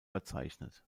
verzeichnet